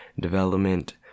development